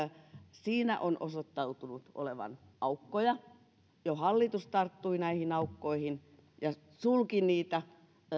siinä on osoittautunut olevan aukkoja kun jo hallitus tarttui näihin aukkoihin ja sulki niitä